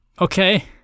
Okay